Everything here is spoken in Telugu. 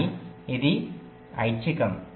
కానీ ఇది ఐచ్ఛికం